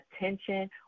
attention